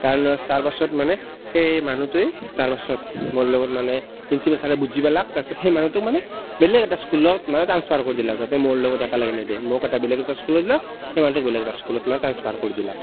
তাৰ ন তাৰপাছত মানে সেই মানুহটোৱে তাৰ ওচৰত মোৰ লগত মানে প্ৰিঞ্চিপাল ছাৰে বুজি পালেক তাৰপাছত মানে সেই মানুহটোক মানে বেলেগ এটা স্কুলত মানে ট্ৰাঞ্চফাৰ কৰি দিলে যাতে মোৰ লগত নিদিয়ে মোক এটা বেলেগ স্কুলত দিলে সেই মানুহটোক বেলেগ এটা স্কুলত মানৰ ট্ৰাঞ্চফাৰ কৰি দিলাক